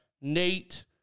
Nate